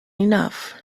enough